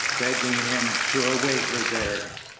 begging him to await her there.